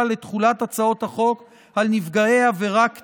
לתחולת הצעת החוק על נפגעי עבירה קטינים.